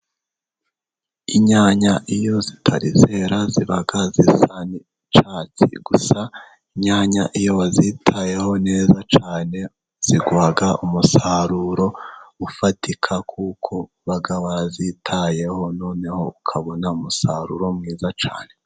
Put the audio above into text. Inyanya iyo zitari zera ziba zisa n,icyatsi. Gusa inyanya iyo wazitayeho neza cyane ziguha umusaruro ufatika , kuko uba wazitayeho noneho ukabona umusaruro mwiza cyane.